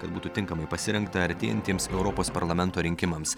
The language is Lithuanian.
kad būtų tinkamai pasirengta artėjantiems europos parlamento rinkimams